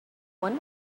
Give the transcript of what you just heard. one